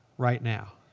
right now.